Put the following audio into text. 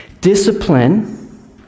Discipline